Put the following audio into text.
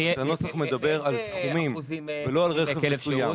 כי הנוסח מדבר על סכומים ולא על רכב מסוים.